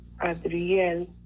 Adriel